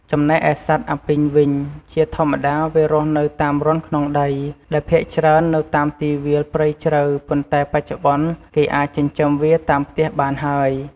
ចំណែកឯសត្វអាពីងវិញ ជាធម្មតាវារស់នៅតាមរន្ធក្នុងដី ដែលភាគច្រើននៅតាមទីវាលព្រៃជ្រៅ ប៉ុន្តែបច្ចុប្បន្នគេអាចចិញ្ចឹមវាតាមផ្ទះបានហើយ។